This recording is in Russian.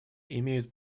имеют